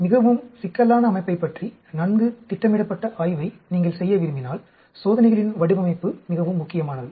மிகவும் சிக்கலான அமைப்பைப் பற்றி நன்கு திட்டமிடப்பட்ட ஆய்வை நீங்கள் செய்ய விரும்பினால் சோதனைகளின் வடிவமைப்பு மிகவும் முக்கியமானது